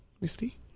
Misty